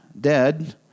dead